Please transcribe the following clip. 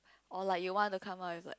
or like you want to come up with a